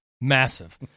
Massive